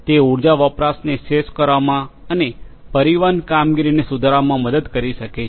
તે ઉર્જા વપરાશને શ્રેષ્ઠ કરવામાં અને પરિવહન કામગીરીને સુધારવામાં મદદ કરી શકે છે